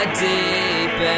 deep